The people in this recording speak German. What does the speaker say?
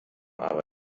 aber